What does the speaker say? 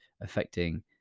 affecting